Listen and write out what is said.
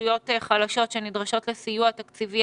ורשויות חלשות שנדרשות לסיוע תקציבי,